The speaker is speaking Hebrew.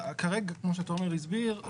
כרגע כפי שתומר הסביר,